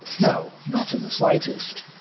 no, not in the slightest.